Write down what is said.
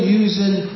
using